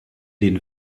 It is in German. den